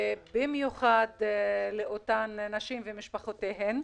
ולאותן נשים ומשפחותיהן,